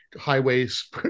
highways